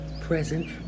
present